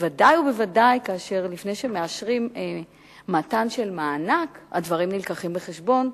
בוודאי ובוודאי לפני שמאשרים מתן מענק הדברים מובאים בחשבון,